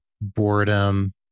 boredom